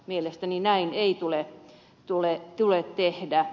mielestäni näin ei tule tehdä